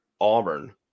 Auburn